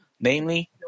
namely